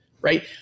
Right